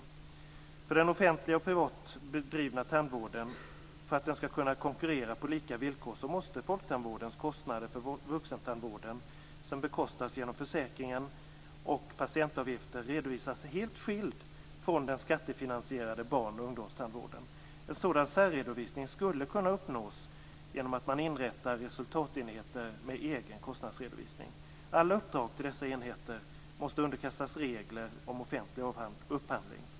För att den offentliga och privat bedrivna tandvården skall kunna konkurrera på lika villkor måste folktandvårdens kostnader för vuxentandvården, som finansieras genom försäkringen och patientavgifter, redovisas helt skild från den skattefinansierade barn och ungdomstandvården. En sådan särredovisning skulle kunna uppnås genom att man inrättar resultatenheter med egen kostnadsredovisning. Alla uppdrag till dessa enheter måste underkastas reglerna om offentlig upphandling.